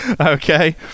Okay